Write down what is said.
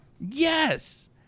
yes